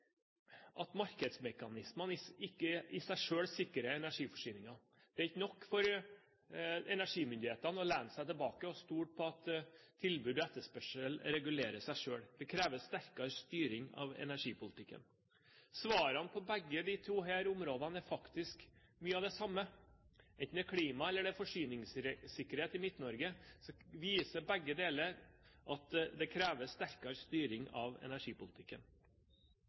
at markedsmekanismene ikke i seg selv sikrer energiforsyningen. Det er ikke nok for energimyndighetene å lene seg tilbake og stole på at tilbud og etterspørsel regulerer seg selv. Det kreves sterkere styring av energipolitikken. Svarene på begge disse to utfordringene er faktisk mye av det samme. Både når det gjelder klima, og når det gjelder forsyningssikkerhet i Midt-Norge, kreves sterkere styring av energipolitikken.